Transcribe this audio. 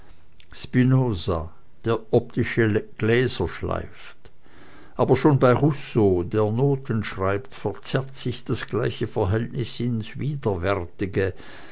spinoza der optische gläser schleift aber schon bei rousseau der noten schreibt verzerrt sich das gleiche verhältnis ins widerwärtige